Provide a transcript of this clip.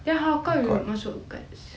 then how come you masuk guards